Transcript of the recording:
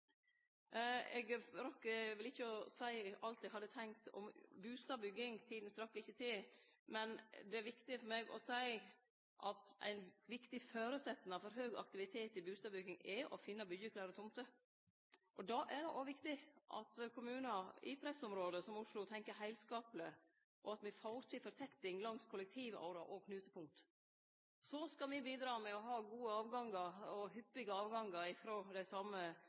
Eg rakk vel ikkje å seie alt eg hadde tenkt om bustadbygging – tida strakk ikkje til – men det er viktig for meg å seie at ein viktig føresetnad for høg aktivitet i bustadbygging, er å finne byggjeklare tomter. Og då er det òg viktig at kommunar i pressområde som Oslo tenkjer heilskapleg, og at me får til fortetting langs kollektivårar og knutepunkt. Så skal me bidra med å ha gode avgangar og hyppige avgangar frå dei same